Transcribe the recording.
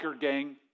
gang